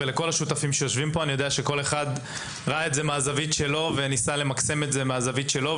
אני יודע שכל אחד ראה את זה מהזווית שלו וניסה למקסם את זה מהזווית שלו,